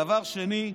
דבר שני,